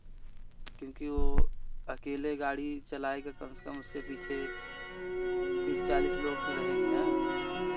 क्योंकि वह अकेले गाड़ी चलाएगा कम से कम उसके पीछे तीस चालीस लोग तो रहेंगे हाँ